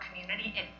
community